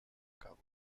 cabo